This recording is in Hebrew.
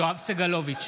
יואב סגלוביץ'